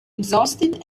exhausted